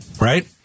Right